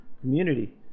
community